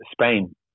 Spain